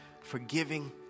forgiving